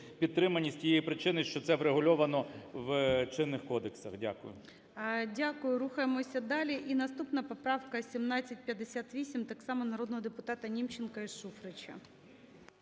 підтримані з тієї причини, що це врегульовано в чинних кодексах. Дякую. ГОЛОВУЮЧИЙ. Дякую. Рухаємося далі. І наступна поправка 1758 – так само народного депутата Німченка і Шуфрича.